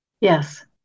yes